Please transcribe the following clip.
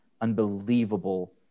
unbelievable